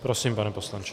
Prosím, pane poslanče.